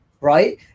right